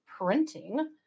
printing